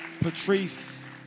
Patrice